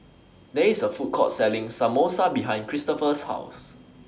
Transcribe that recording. There IS A Food Court Selling Samosa behind Cristopher's House